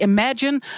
Imagine